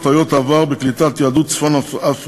טעויות העבר בקליטת יהדות צפון-אפריקה,